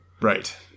Right